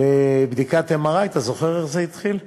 לבדיקת MRI. אתה זוכר איך זה התחיל?